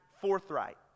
forthright